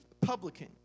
publican